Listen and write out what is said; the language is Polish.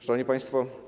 Szanowni Państwo!